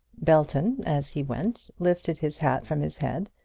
belton, as he went, lifted his hat from his head,